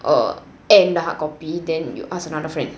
err and the hardcopy then you ask another friend